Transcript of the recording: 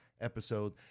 episode